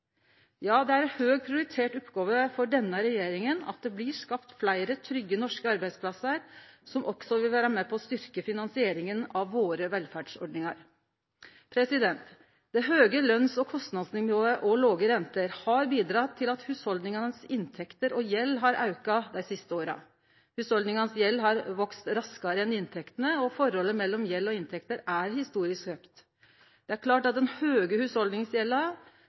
Ja, det er ei høgt prioritert oppgåve for denne regjeringa at fleire trygge norske arbeidsplassar blir skapte, noko som også vil vere med på å styrkje finansieringa av velferdsordningane våre . Det høge løns- og kostnadsnivået og låge renter har bidrege til at inntektene og gjelda til hushalda har auka dei siste åra. Gjelda til hushalda har vakse raskare enn inntektene, og forholdet mellom gjeld og inntekter er historisk høgt. Det er klart at den høge